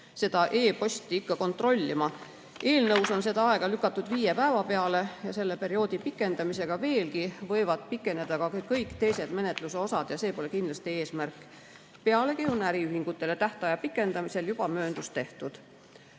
seda e-posti ikka kontrollima. Eelnõus on seda aega lükatud viie päeva peale ja selle perioodi veelgi pikendamisega võivad pikeneda ka kõik teised menetluse osad ning see pole kindlasti eesmärk. Pealegi on äriühingutele tähtaja pikendamisel juba mööndus tehtud.